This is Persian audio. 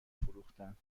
فروختند